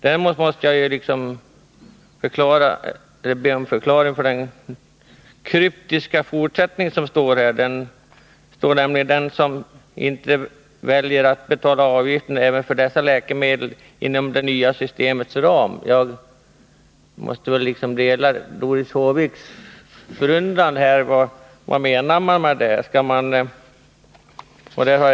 Däremot måste jag be om en förklaring till utskottets kryptiska uttalande när det gäller den som inte väljer att betala avgiften för dessa läkemedel inom det nya systemets ram. Där delar jag Doris Håviks undran. Vad menar man med detta?